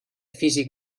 físic